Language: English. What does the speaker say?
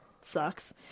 sucks